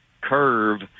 curve